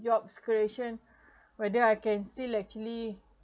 job securation whether I can still actually